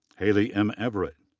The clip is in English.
hailey m. everett.